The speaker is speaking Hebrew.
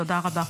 תודה רבה.